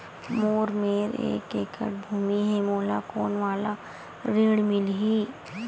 मोर मेर एक एकड़ भुमि हे मोला कोन वाला ऋण मिलही?